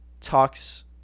talks